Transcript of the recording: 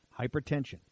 Hypertension